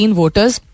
voters